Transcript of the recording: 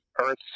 Earth